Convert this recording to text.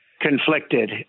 conflicted